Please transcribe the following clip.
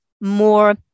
more